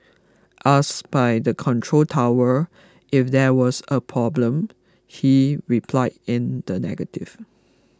asked by the control tower if there was a problem he replied in the negative